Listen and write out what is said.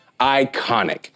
Iconic